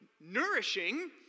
nourishing